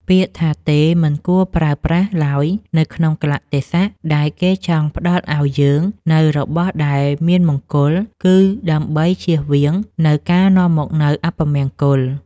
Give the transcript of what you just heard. ពាក្យថាទេមិនគួរប្រើប្រាស់ឡើយនៅក្នុងកាលៈទេសៈដែលគេចង់ផ្តល់ឱ្យយើងនូវរបស់ដែលមានមង្គល គឺដើម្បីជៀសវាងនូវការនាំមកនូវអពមង្គល។